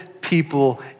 people